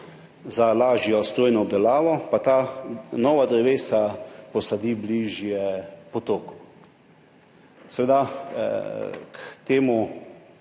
za lažjo strojno obdelavo pa ta nova drevesa posadi bližje potoku. Seveda k temu,